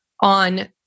on